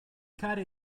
cercare